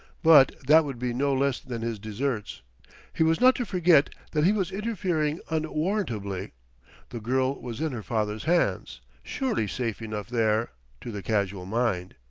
but that would be no less than his deserts he was not to forget that he was interfering unwarrantably the girl was in her father's hands, surely safe enough there to the casual mind.